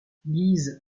guise